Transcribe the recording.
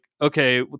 okay